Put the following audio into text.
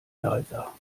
leiser